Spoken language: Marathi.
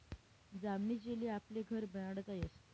जामनी जेली आपले घर बनाडता यस